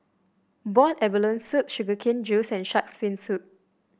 Boiled Abalone Soup Sugar Cane Juice and shark's fin soup